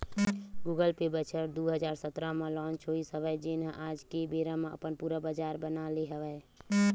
Google Pay बछर दू हजार सतरा म लांच होइस हवय जेन ह आज के बेरा म अपन पुरा बजार बना ले हवय